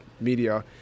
media